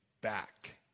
back